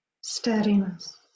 Steadiness